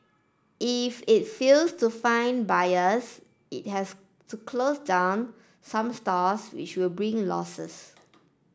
if it fails to find buyers it has to close down some stores which will bring losses